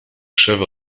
krzewy